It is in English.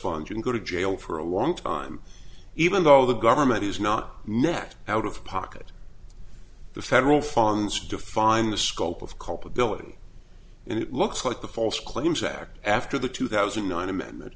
fund you can go to jail for a long time even though the government is not net out of pocket the federal funds define the scope of culpability and it looks like the false claims act after the two thousand and nine amend